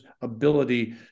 ability